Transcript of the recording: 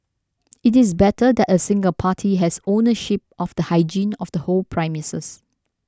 it is better that a single party has ownership of the hygiene of the whole premises